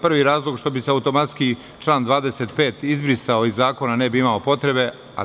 Prvi razlog, što bi se automatski član 25. izbrisao iz zakona, ne bi bilo potrebe za njim.